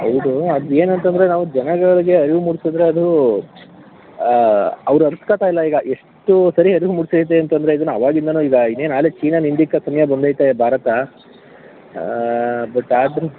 ಹೌದು ಅದು ಏನಂತ ಅಂದರೆ ನಾವು ಜನಗಳಿಗೆ ಅರಿವು ಮೂಡಿಸಿದ್ದರೆ ಅದು ಅವರು ಅನ್ಕೊತಾ ಇಲ್ಲ ಈಗ ಎಷ್ಟು ಸರಿ ಎಲ್ಲಿಗೆ ಮುಟ್ತೈತೆ ಅಂತ ಅಂದರೆ ಇದನ್ನು ಅವಾಗಿಂದನು ಈಗ ಇನ್ನೇನು ಆಗಲೆ ಚೀನಾನ ಹಿಂದಿಕ್ಕೋ ಸಮಯ ಬಂದೈತೆ ಭಾರತ ಬಟ್ ಆದರೂ